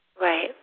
Right